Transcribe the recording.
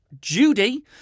Judy